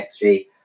XG